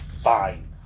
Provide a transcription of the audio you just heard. Fine